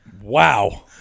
Wow